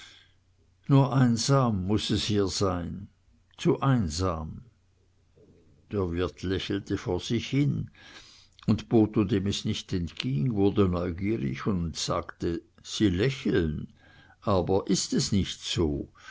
nur einsam muß es hier sein zu einsam der wirt lächelte vor sich hin und botho dem es nicht entging wurde neugierig und sagte sie lächeln aber ist es nicht so